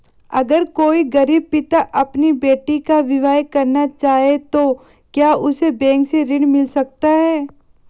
अगर कोई गरीब पिता अपनी बेटी का विवाह करना चाहे तो क्या उसे बैंक से ऋण मिल सकता है?